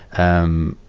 um,